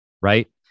Right